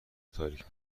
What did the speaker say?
تاریک